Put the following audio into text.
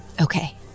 Okay